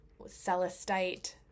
celestite